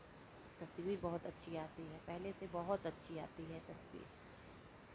तस्वीर बहुत अच्छी आती है पहले से बहुत अच्छी आती है तस्वीर